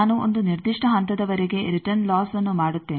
ನಾನು ಒಂದು ನಿರ್ದಿಷ್ಟ ಹಂತದವರೆಗೆ ರಿಟರ್ನ್ ಲಾಸ್ಅನ್ನು ಮಾಡುತ್ತೇನೆ